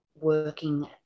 working